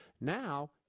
Now